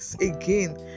again